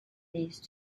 these